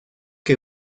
que